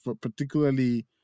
particularly